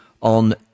on